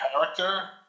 character